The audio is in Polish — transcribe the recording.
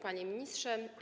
Panie Ministrze!